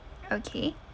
okay